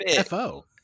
fo